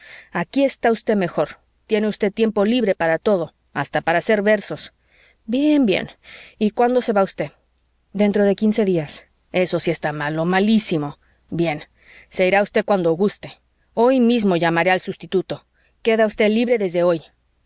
aquí está usted mejor tiene usted tiempo libre para todo hasta para hacer versos bien bien y cuándo se va usted dentro de quince días eso sí está malo malísimo bien se irá usted cuando guste hoy mismo llamaré al sustituto queda usted libre desde hoy